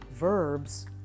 Verbs